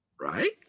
right